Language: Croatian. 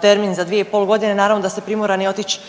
termin za 2,5 godine, naravno da ste primorani otić